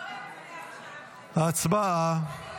הצבעה.